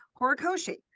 horikoshi